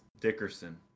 Dickerson